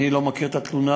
אני לא מכיר את התלונה.